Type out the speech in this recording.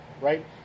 right